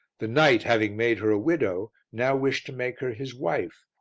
the knight, having made her a widow, now wished to make her his wife,